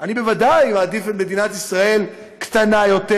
אני בוודאי מעדיף את מדינת ישראל קטנה יותר,